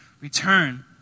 return